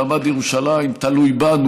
מעמד ירושלים תלוי בנו,